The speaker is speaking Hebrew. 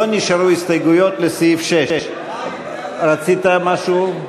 לא נשארו הסתייגויות לסעיף 6. רצית משהו?